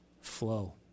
Flow